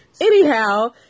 Anyhow